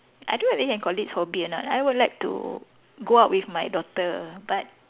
I don't know whether can call this hobby or not I would like to go out with my daughter but